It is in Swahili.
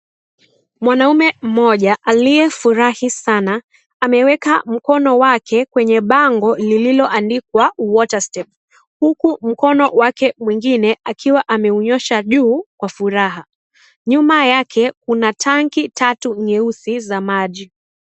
Mwanaume mmoja aliyefurahi sana, ameweka mkono wake kwenye bango lililoandikwa, "Water Step", huku mkono wake mwingine akiwa ameunyosha juu kwa furaha. Nyuma yake kuna tanki tatu nyeusi za maji.